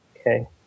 Okay